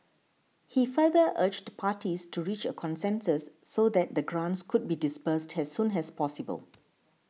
he further urged parties to reach a consensus so that the grants could be disbursed has soon has possible